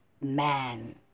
man